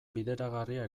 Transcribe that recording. bideragarria